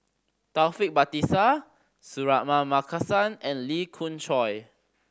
Taufik Batisah Suratman Markasan and Lee Khoon Choy